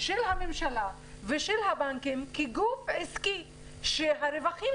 של הממשלה ושל הבנקים כגוף עסקי שהרווחים